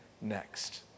next